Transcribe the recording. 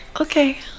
Okay